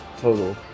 total